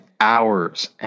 hours